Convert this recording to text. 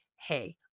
hey